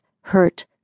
hurt